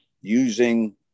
using